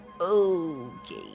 Okay